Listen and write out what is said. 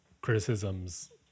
criticisms